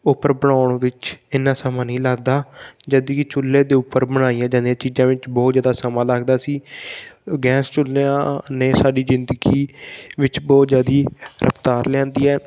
ਉੱਪਰ ਬਣਾਉਣ ਵਿੱਚ ਇੰਨਾਂ ਸਮਾਂ ਨਹੀਂ ਲੱਗਦਾ ਜਦਕਿ ਚੁੱਲ੍ਹੇ ਦੇ ਉੱਪਰ ਬਣਾਈਆਂ ਜਾਂਦੀਆਂ ਚੀਜ਼ਾਂ ਵਿੱਚ ਬਹੁਤ ਜ਼ਿਆਦਾ ਸਮਾਂ ਲੱਗਦਾ ਸੀ ਗੈਸ ਚੁੱਲ੍ਹਿਆਂ ਨੇ ਸਾਡੀ ਜ਼ਿੰਦਗੀ ਵਿੱਚ ਬਹੁਤ ਜ਼ਿਆਦਾ ਰਫ਼ਤਾਰ ਲਿਆਂਦੀ ਹੈ